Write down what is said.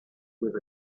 with